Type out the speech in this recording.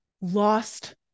lost